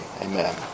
Amen